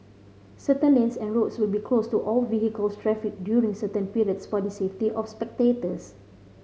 certain lanes and roads will be closed to all vehicle traffic during certain periods for the safety of spectators